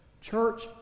Church